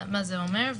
מה זה אומר?